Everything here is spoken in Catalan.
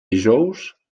dijous